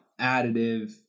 additive